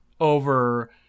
over